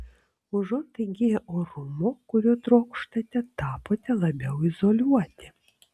užuot įgiję orumo kurio trokštate tapote labiau izoliuoti